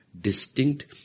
distinct